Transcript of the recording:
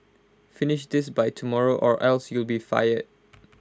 finish this by tomorrow or else you'll be fired